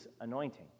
anointing